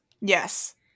yes